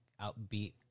outbeat